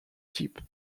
deep